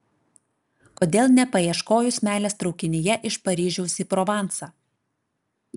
kodėl nepaieškojus meilės traukinyje iš paryžiaus į provansą